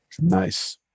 Nice